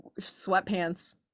sweatpants